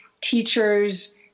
teachers